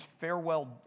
farewell